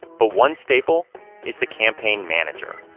but one staple is the campaign manager.